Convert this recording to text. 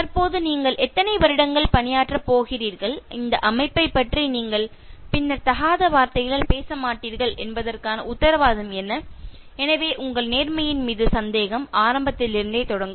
தற்போது நீங்கள் எத்தனை வருடங்கள் பணியாற்றப் போகிறீர்கள் இந்த அமைப்பைப் பற்றி நீங்கள் பின்னர் தகாத வார்த்தைகளால் பேசமாட்டீர்கள் என்பதற்கான உத்தரவாதம் என்ன எனவே உங்கள் நேர்மையின் மீது சந்தேகம் ஆரம்பத்தில் இருந்தே தொடங்கும்